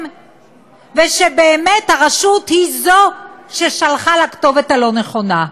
ושבאמת הרשות היא ששלחה לכתובת הלא-נכונה.